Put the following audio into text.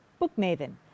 bookmaven